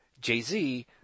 Jay-Z